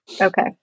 Okay